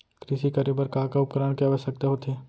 कृषि करे बर का का उपकरण के आवश्यकता होथे?